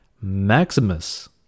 Maximus